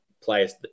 players